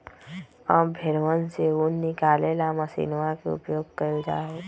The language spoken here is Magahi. अब भेंड़वन से ऊन निकाले ला मशीनवा के उपयोग कइल जाहई